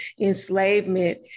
enslavement